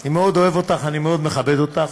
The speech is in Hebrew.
אני מאוד אוהב אותך ואני מאוד מכבד אותך,